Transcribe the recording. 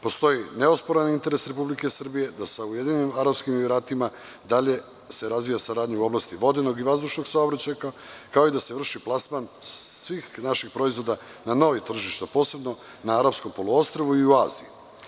Postoji interes Republike Srbije da sa Ujedinjenim Arapskim Emiratima, dalje se razvija saradnja u oblasti vodenog i vazdušnog saobraćaja, kao i da se vrši plasman svih naših proizvoda, na novim tržištima, posebno na arapskom poluostrvu, a takođe i u Aziji.